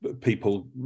people